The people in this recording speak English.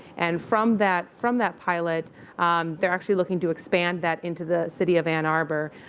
and from that from that pilot they're actually looking to expand that into the city of ann arbor.